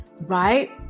right